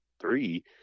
three